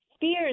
fears